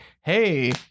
hey